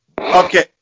Okay